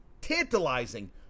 tantalizing